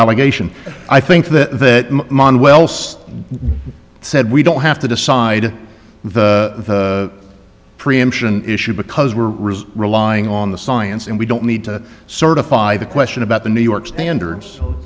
allegation i think that manuel so said we don't have to decide the preemption issue because we're relying on the science and we don't need to certify the question about the new york standard